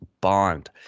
bond